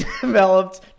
developed